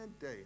day